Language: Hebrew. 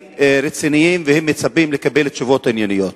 רציניים והם מצפים לקבל תשובות ענייניות.